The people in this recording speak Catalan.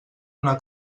una